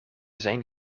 zijn